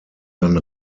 ein